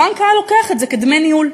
הבנק היה לוקח את זה כדמי ניהול.